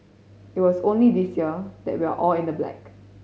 it was only this year that we are all in the black